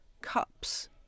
cups